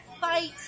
fight